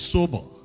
Sober